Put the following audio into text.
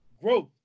Growth